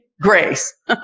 grace